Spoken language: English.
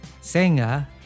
Senga